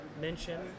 mention